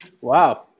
Wow